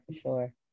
sure